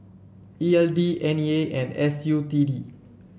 E L D N E A and S U T D